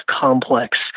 complex